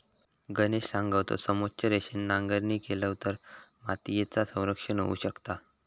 गणेश सांगा होतो, समोच्च रेषेन नांगरणी केलव तर मातीयेचा संरक्षण होऊ शकता